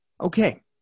Okay